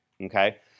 Okay